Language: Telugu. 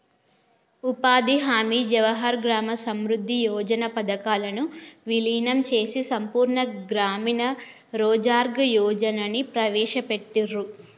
ఉపాధి హామీ, జవహర్ గ్రామ సమృద్ధి యోజన పథకాలను వీలీనం చేసి సంపూర్ణ గ్రామీణ రోజ్గార్ యోజనని ప్రవేశపెట్టిర్రు